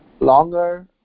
longer